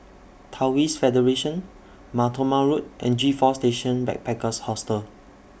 Taoist Federation Mar Thoma Road and G four Station Backpackers Hostel